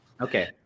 Okay